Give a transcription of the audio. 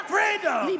Freedom